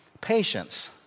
patience